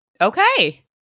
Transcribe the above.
Okay